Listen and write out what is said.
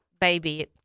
baby